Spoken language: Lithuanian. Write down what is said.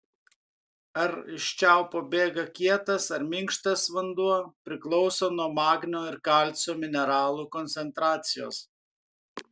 ar iš čiaupo bėga kietas ar minkštas vanduo priklauso nuo magnio ir kalcio mineralų koncentracijos